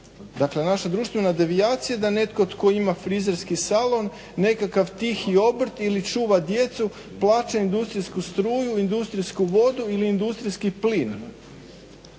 dakle naša društvena devijacija da netko tko ima frizerski salon nekakav tihi obrt ili čuva djecu plaća industrijsku struju, industrijsku vodu ili industrijski plin.